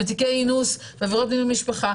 ותיקי אינוס ועבירות מין במשפחה